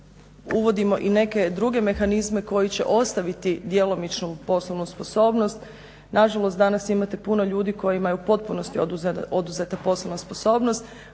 uvodimo i neke druge mehanizme koji će ostaviti djelomičnu poslovnu sposobnost. Nažalost, danas imate puno ljudi kojima je u potpunosti oduzeta poslovna sposobnost.